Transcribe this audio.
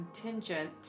contingent